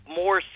more